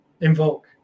invoke